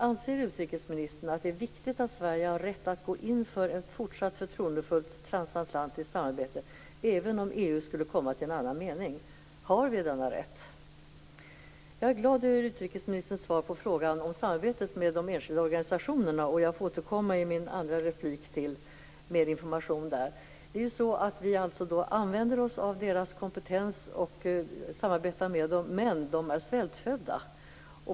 Anser utrikesministern att det är viktigt att Sverige har rätt att gå in för ett fortsatt förtroendefullt transatlantiskt samarbete även om EU skulle komma fram till en annan mening? Har vi denna rätt? Jag är glad över utrikesministerns svar på frågan om samarbetet med de enskilda organisationerna. Jag får återkomma till mer information om det i mitt andra anförande. Det är ju så att vi använder oss av deras kompetens och samarbetar med dem, men de är svältfödda.